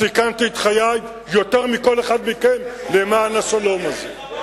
סיכנתי את חיי יותר מכל אחד מכם למען השלום הזה,